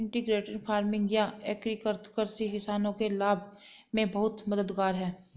integrated farming या एकीकृत कृषि किसानों के लाभ में बहुत मददगार है